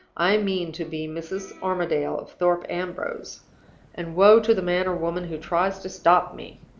i mean to be mrs. armadale of thorpe ambrose and woe to the man or woman who tries to stop me!